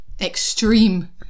extreme